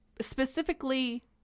specifically